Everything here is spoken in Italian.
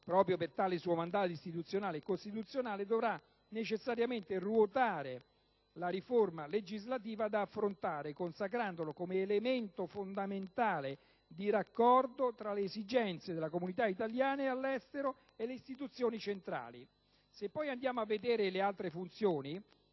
proprio per tale suo mandato istituzionale e costituzionale - dovrà necessariamente ruotare la riforma legislativa da affrontare, consacrandolo come elemento fondamentale di raccordo tra le esigenze delle comunità italiane all'estero e le istituzioni centrali. Se poi andiamo a vedere le altre funzioni